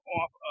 off